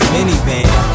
Minivan